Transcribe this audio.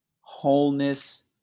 wholeness